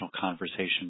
conversation